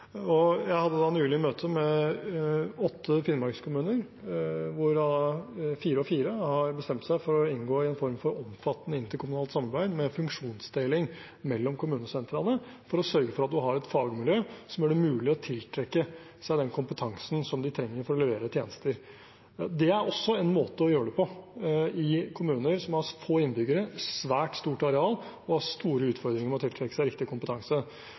Jeg hadde nylig møte med åtte finnmarkskommuner, hvor fire og fire har bestemt seg for å inngå i en form for omfattende interkommunalt samarbeid med funksjonsdeling mellom kommunesentrene, for å sørge for at man har et fagmiljø som gjør det mulig å tiltrekke seg den kompetansen de trenger for å levere tjenester. Det er også en måte å gjøre det på i kommuner som har få innbyggere, svært stort areal og store utfordringer med å tiltrekke seg riktig kompetanse.